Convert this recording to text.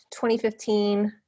2015